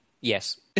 Yes